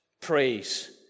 praise